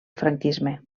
franquisme